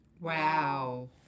Wow